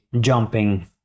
jumping